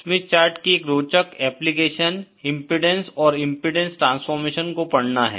Smith chart की एक रोचक एप्लीकेशन इम्पीडेन्स और इम्पीडेन्स ट्रांसफॉर्मेशन को पढ़ना है